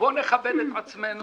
בואו נכבד את עצמנו